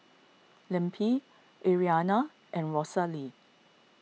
Lempi Ariana and Rosalee